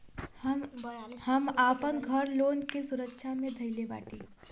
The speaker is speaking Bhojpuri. हम आपन घर लोन के सुरक्षा मे धईले बाटी